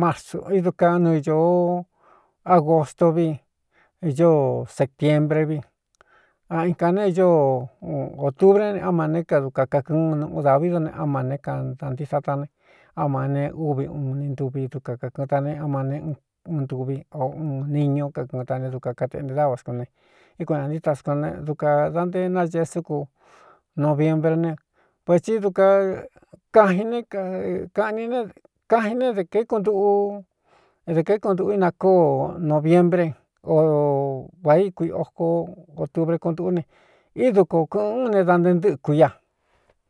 masu i duka nɨɨñōo abgosto vi ñoo setiembre vi a in kā nēꞌñoo ōtubré á ma né kaduka kakɨɨn nuꞌu dāví done á ma né kadantii sá ta ne á ma ne úvi un ni ntuvi dukan kakɨꞌɨn dane áma ne un ntuví o uun niñu kakɨɨn ta ne duka kateꞌnte dáva skúne íkuanɨā ntíí ta skuan ne dukān da nte nañee súku noviembre ne vēti dukan kajin ne kakaꞌni ne kajin ne de kaíkuntuꞌu de kākuntuꞌu ina kóo noviembré o vāí kui oko otubre kuntuꞌu ne íduka o kɨ̄ꞌɨn ú ne da nte ntɨ́ku ia.